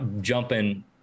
jumping